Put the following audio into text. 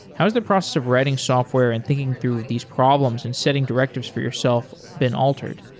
how is the process of writing software and thinking through these problems and setting directives for yourself been altered?